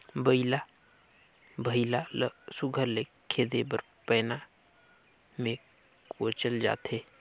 बइला भइसा ल सुग्घर ले खेदे बर पैना मे कोचल जाथे